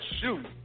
shoot